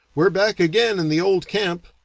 we're back again in the old camp,